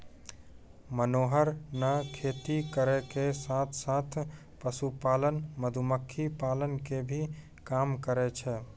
मनोहर नॅ खेती करै के साथॅ साथॅ, पशुपालन, मधुमक्खी पालन के भी काम करै छै